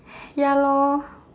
ya lor